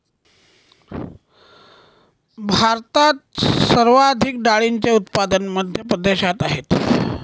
भारतात सर्वाधिक डाळींचे उत्पादन मध्य प्रदेशात आहेत